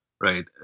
right